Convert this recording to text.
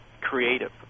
creative